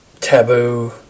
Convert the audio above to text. taboo